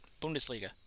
Bundesliga